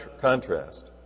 contrast